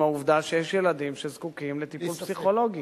עם העובדה שיש ילדים שזקוקים לטיפול פסיכולוגי,